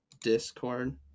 Discord